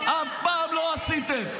האמת היא שגמרת את המדינה --- אף פעם לא עשיתם,